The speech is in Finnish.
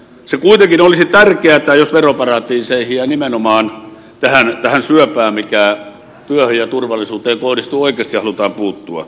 se kuitenkin olisi tärkeätä jos veroparatiiseihin ja nimenomaan tähän syöpään mikä työhön ja turvallisuuteen kohdistuu oikeasti halutaan puuttua